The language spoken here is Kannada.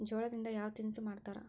ಜೋಳದಿಂದ ಯಾವ ತಿನಸು ಮಾಡತಾರ?